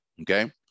Okay